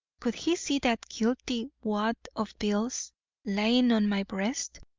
could he see that guilty wad of bills lying on my breast?